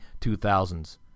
2000s